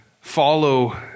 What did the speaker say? follow